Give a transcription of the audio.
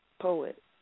poet